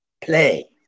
Play